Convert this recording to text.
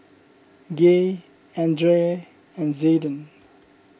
Gay andrae and Zayden